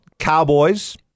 Cowboys